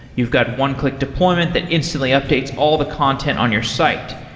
you've got one-click deployment that instantly updates all the content on your site.